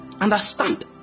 understand